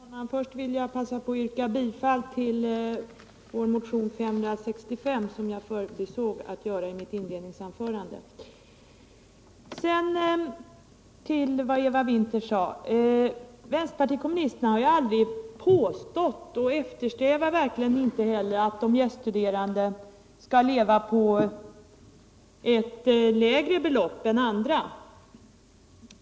Herr talman! Först vill jag passa på att yrka bifall till vår motion 565, eftersom jag förbisåg att göra det i mitt inledningsanförande. Sedan vill jag återkomma till det som Eva Winther sade. Vänsterpartiet kommunisterna har ju aldrig påstått — och eftersträvar verkligen inte heller — att de gäststuderande skall leva på ett lägre belopp än andra.